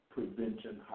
Prevention